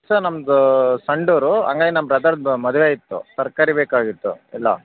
sir ನಮ್ದು ಸಂಡೂರು ಹಂಗಾಗ್ ನಮ್ಮ ಬ್ರದರ್ದು ಮದುವೆ ಇತ್ತು ತರಕಾರಿ ಬೇಕಾಗಿತ್ತು ಎಲ್ಲ